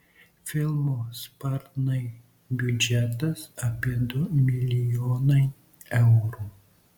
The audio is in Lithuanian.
filmo sparnai biudžetas apie du milijonai eurų